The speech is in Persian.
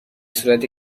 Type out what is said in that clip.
صورت